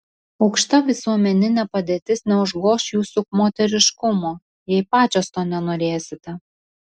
aukšta visuomeninė padėtis neužgoš jūsų moteriškumo jei pačios to nenorėsite